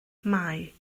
mai